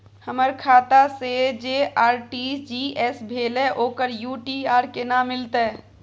हमर खाता से जे आर.टी.जी एस भेलै ओकर यू.टी.आर केना मिलतै?